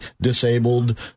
Disabled